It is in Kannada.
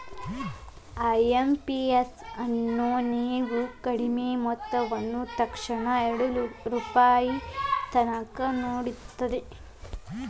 ಐ.ಎಂ.ಪಿ.ಎಸ್ ಅನ್ನು ನೇವು ಕಡಿಮಿ ಮೊತ್ತವನ್ನ ತಕ್ಷಣಾನ ಎರಡು ಲಕ್ಷ ರೂಪಾಯಿತನಕ ವರ್ಗಾಯಿಸ್ಬಹುದು